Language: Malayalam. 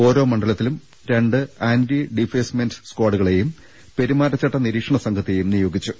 ഓരോ മണ്ഡലത്തിലും രണ്ട് ആന്റി ഡീഫേഴ്സ്മെന്റ് സ്കാഡുകളെയും പെരുമാറ്റ ചട്ട നിരീക്ഷണ സംഘത്തെയും നിയോഗിച്ചു